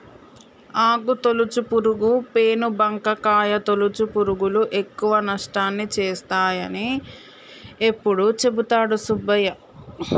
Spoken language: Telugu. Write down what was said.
ఆకు తొలుచు పురుగు, పేను బంక, కాయ తొలుచు పురుగులు ఎక్కువ నష్టాన్ని తెస్తాయని ఎప్పుడు చెపుతాడు సుబ్బయ్య